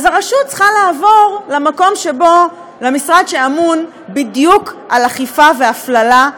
הרשות צריכה לעבור למשרד שאמון בדיוק על אכיפה והפללה,